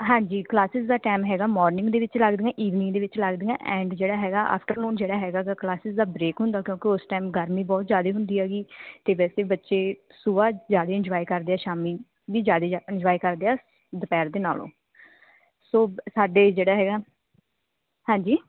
ਹਾਂਜੀ ਕਲਾਸਿਸ ਦਾ ਟੈਮ ਹੈਗਾ ਮੋਰਨਿੰਗ ਦੇ ਵਿੱਚ ਲੱਗਦੀਆਂ ਈਵਨਿੰਗ ਦੇ ਵਿੱਚ ਲੱਗਦੀਆਂ ਐਂਡ ਜਿਹੜਾ ਹੈਗਾ ਆਫਟਰਨੂਨ ਜਿਹੜਾ ਹੈਗਾ ਗਾ ਕਲਾਸਿਸ ਦਾ ਬ੍ਰੇਕ ਹੁੰਦਾ ਕਿਉਂਕਿ ਉਸ ਟੈਮ ਗਰਮੀ ਬਹੁਤ ਜ਼ਿਆਦਾ ਹੁੰਦੀ ਹੈਗੀ ਅਤੇ ਵੈਸੇ ਬੱਚੇ ਸੁਬਹ ਜ਼ਿਆਦਾ ਇੰਜੋਏ ਕਰਦੇ ਆ ਸ਼ਾਮੀ ਵੀ ਜ਼ਿਆਦਾ ਜਾ ਇੰਜੋਏ ਕਰਦੇ ਆ ਦੁਪਹਿਰ ਦੇ ਨਾਲੋਂ ਸੋ ਬ ਅ ਸਾਡੇ ਜਿਹੜਾ ਹੈਗਾ ਹਾਂਜੀ